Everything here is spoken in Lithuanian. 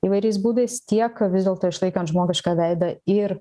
įvairiais būdais tiek vis dėlto išlaikant žmogišką veidą ir